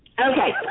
Okay